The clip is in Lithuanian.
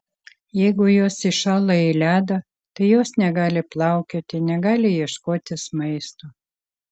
jeigu jos įšąla į ledą tai jos negali plaukioti negali ieškotis maisto